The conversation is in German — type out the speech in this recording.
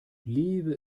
liebe